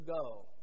go